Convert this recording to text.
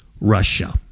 Russia